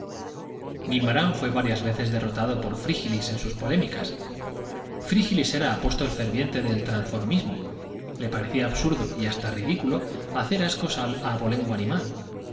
guimarán fue varias veces derrotado por frígilis en sus polémicas frígilis era apóstol ferviente del transformismo le parecía absurdo y hasta ridículo hacer ascos al abolengo animal